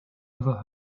ever